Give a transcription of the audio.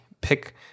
pick